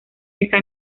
esa